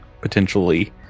potentially